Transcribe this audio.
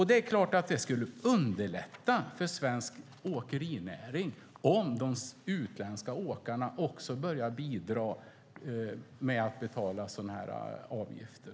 Det är klart att det skulle underlätta för svensk åkerinäring om de utländska åkarna också börjar bidra med att betala denna typ av avgifter.